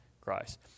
Christ